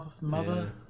Mother